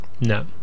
no